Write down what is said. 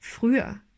Früher